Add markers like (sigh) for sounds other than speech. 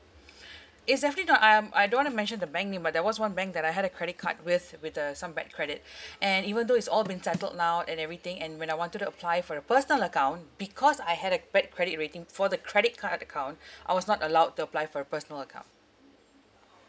(breath) it's definitely not I am I don't want to mention the bank name but there was one bank that I had a credit card with with uh some bad credit and even though it's all been settled now and everything and when I wanted to apply for a personal account because I had a bad credit rating for the credit card account I was not allowed to apply for a personal account